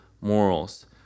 morals